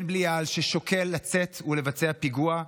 בן בלייעל ששוקל לצאת ולבצע פיגוע,